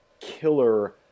killer –